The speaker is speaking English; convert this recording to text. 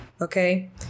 okay